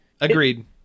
Agreed